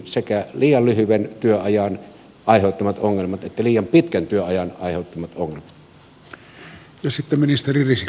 sekä liian lyhyen työajan aiheuttamat ongelmat että liian pitkän työajan aiheuttamat ongelmat